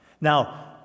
Now